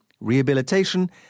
rehabilitation